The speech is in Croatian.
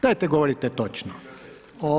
Dajte govorite točno.